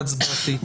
ההצבעתית.